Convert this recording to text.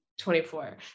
24